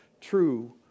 true